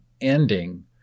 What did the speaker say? ending